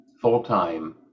full-time